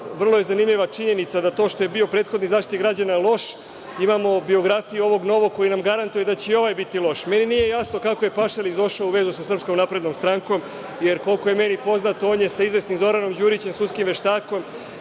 vrlo je zanimljiva činjenica da to što je bio prethodni Zaštitnik građana loš, imamo biografiju ovog novog koji nam garantuje da će i ovaj biti loš. Meni nije jasno kako je Pašalić došao u vezu sa SNS, jer koliko je meni poznato, on je sa izvesnim Zoranom Đurićem, sudskim veštakom,